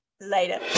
later